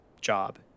job